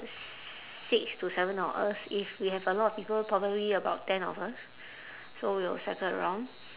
six to seven of us if we have a lot of people probably about ten of us so we'll cycle around